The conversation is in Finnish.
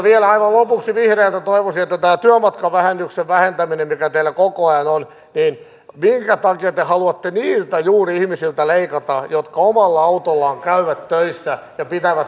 vihreiltä toivoisin vastausta tästä työmatkavähennyksen vähentämisestä mikä teillä koko ajan on että minkä takia te haluatte juuri niiltä ihmisiltä leikata jotka omalla autollaan käyvät töissä ja pitävät maaseutua myös hengissä